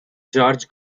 george